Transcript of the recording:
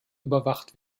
überwacht